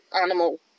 animal